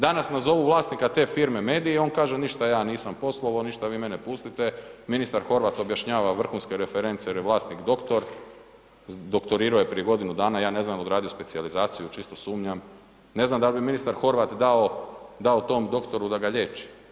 Danas nazovu vlasnika te firme mediji, on kaže ništa ja nisam poslovao, ništa, vi mene pustite, ministar Horvat objašnjava vrhunske reference jer je vlasnik doktor, doktorirao je prije god. dana, ja ne znam jel odradio specijalizaciju, čisto sumnjam, ne znam dal bi ministar Horvat dao tom doktoru da ga liječi.